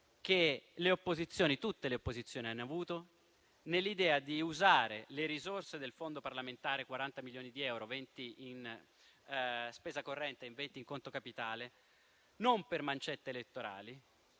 che tutte le opposizioni hanno avuto nell'idea di usare le risorse del fondo parlamentare (40 milioni di euro, di cui 20 di spesa corrente e 20 in conto capitale) non per mancette elettorali,